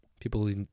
People